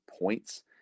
points